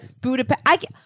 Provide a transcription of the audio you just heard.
Budapest